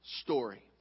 story